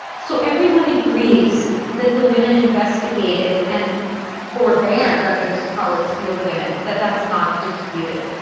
so everyone agrees that the women investigated and or banned under this policy are women, that that's not disputed.